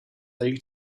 lake